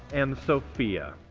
and sophia.